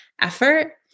effort